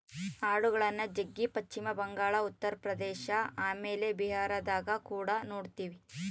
ಆಡುಗಳ್ನ ಜಗ್ಗಿ ಪಶ್ಚಿಮ ಬಂಗಾಳ, ಉತ್ತರ ಪ್ರದೇಶ ಆಮೇಲೆ ಬಿಹಾರದಗ ಕುಡ ನೊಡ್ತಿವಿ